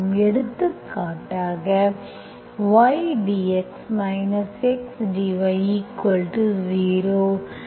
எடுத்துக்காட்டாகy dx x dy 0